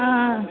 ആ